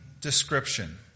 description